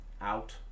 Out